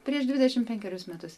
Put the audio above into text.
prieš dvidešim penkerius metus